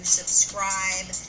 subscribe